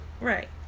Right